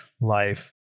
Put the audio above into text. life